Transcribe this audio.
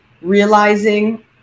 realizing